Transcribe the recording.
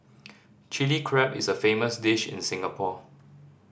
Chilli Crab is a famous dish in Singapore